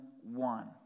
one